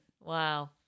Wow